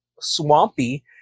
swampy